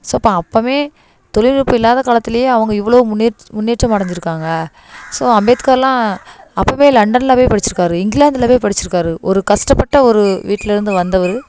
so பா அப்போவுமே தொழில்நுட்பம் இல்லாத காலத்திலயே அவங்க இவ்வளோ முன்னேட் முன்னேற்றம் அடைஞ்சிருக்காங்க ஸோ அம்பேத்கார்லாம் அப்பவே லண்டன்ல போய் படிச்சிருக்கார் இங்கிலாந்துல போய் படிச்சிருக்கார் ஒரு கஸ்டப்பட்ட ஒரு வீட்டிலேருந்து வந்தவர்